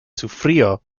sufrió